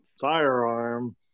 firearm